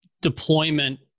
deployment